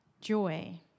joy